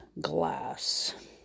Glass